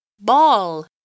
Ball